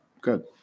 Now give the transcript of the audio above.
good